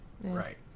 Right